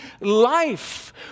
life